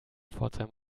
pforzheim